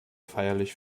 feierlich